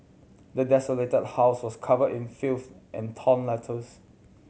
the desolated house was covered in filth and torn letters